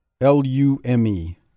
L-U-M-E